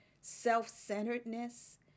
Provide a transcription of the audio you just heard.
Self-centeredness